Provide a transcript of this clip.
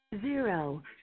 zero